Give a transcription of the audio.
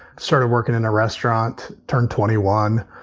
started working in a restaurant. turned twenty one.